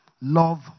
love